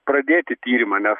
pradėti tyrimą nes